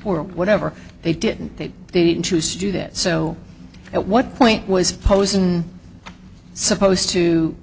four whatever they didn't they didn't choose to do that so at what point was posen supposed to